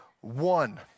one